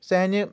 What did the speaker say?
سانہِ